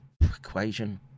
equation